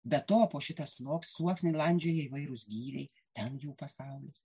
be to po sluoks sluoksnį landžioja įvairūs gyviai ten jų pasaulis